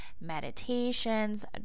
meditations